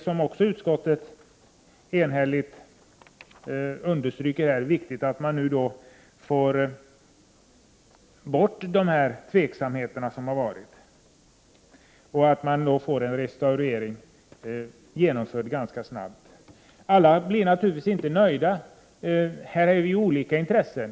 Som utskottet också enhälligt understryker, är det viktigt att man får bort de tveksamheter som har varit och får en restaurering genomförd ganska snabbt. Alla blir naturligtvis inte nöjda. Här finns ju olika intressen.